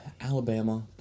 Alabama